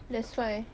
that's why